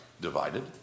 divided